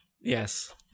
Yes